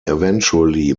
eventually